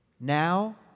now